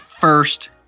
first